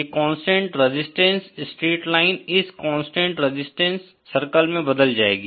ये constant resistance straight line इस constant resistance circle में बदल जाएगी